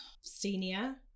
senior